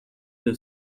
the